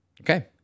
Okay